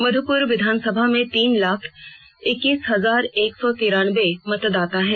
मध्यपुर विधानसभा में तीन लाख इक्कीस हजार एक सौ तिरानबे मतदाता है